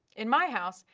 in my house,